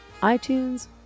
iTunes